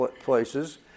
places